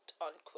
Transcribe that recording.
unquote